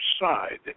side